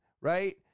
right